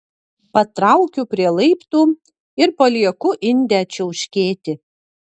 patraukiu prie laiptų ir palieku indę čiauškėti